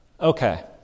Okay